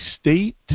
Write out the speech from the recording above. state